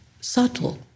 subtle